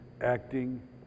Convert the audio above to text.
acting